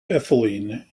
ethylene